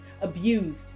abused